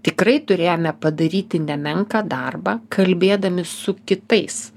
tikrai turėjome padaryti nemenką darbą kalbėdami su kitais